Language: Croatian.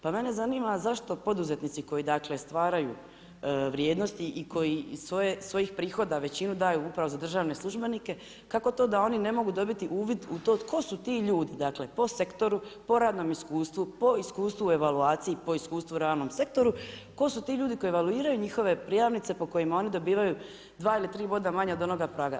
Pa mene zanima zašto poduzetnici koji dakle, stvaraju vrijednosti i koji svoje prihoda većinu daju upravo za državne službenike, kako to da oni ne mogu dobiti uvid u to, tko su ti ljudi, dakle po sektoru, po radnom iskustvu, po iskustvu evaluaciji, po iskustvu ravnom sektoru, tko su ti ljudi koji evaluiraju njihove prijavnice po kojima oni dobivaju 2 ili 3 boda manje od onoga praga?